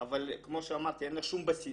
אבל כמו שאמרתי, אין לה שום בסיס.